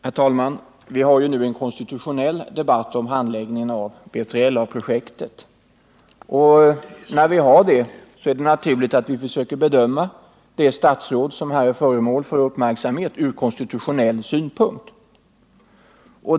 Herr talman! Vi har nu en konstitutionell debatt om handläggningen av B3LA-projektet. Då är det naturligt att vi från konstitutionell synpunkt försöker bedöma det statsråd som här är föremål för uppmärksamhet.